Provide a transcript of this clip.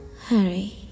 Hurry